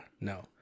no